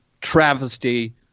travesty